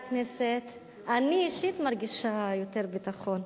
אישית מרגישה יותר ביטחון.